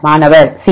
மாணவர் C